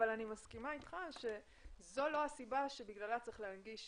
אבל אני מסכימה איתך שזו לא הסיבה שבגללה צריך להנגיש